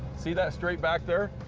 see that straight back there?